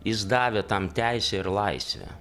jis davė tam teisę ir laisvę